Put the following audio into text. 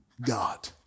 God